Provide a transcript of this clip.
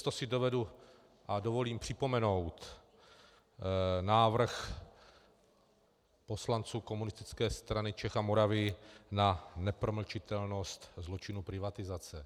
Přesto si dovedu a dovolím připomenout návrh poslanců Komunistické strany Čech a Moravy na nepromlčitelnost zločinu privatizace.